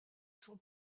sont